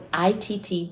ITT